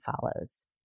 follows